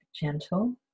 gentle